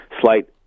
slight